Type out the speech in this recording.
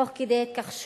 תוך כדי התכחשות